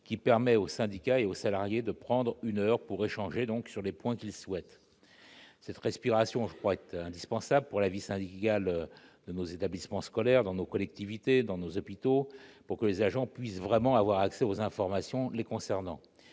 qui permet aux syndicats et aux salariés de prendre une heure pour échanger sur les points qu'ils souhaitent. Cette respiration est indispensable pour la vie syndicale dans nos établissements scolaires, nos collectivités, nos hôpitaux, pour que les agents puissent vraiment avoir accès aux informations les concernant.